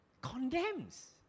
Condemns